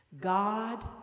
God